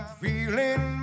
feeling